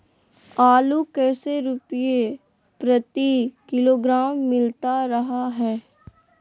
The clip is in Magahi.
आलू कैसे रुपए प्रति किलोग्राम मिलता रहा है?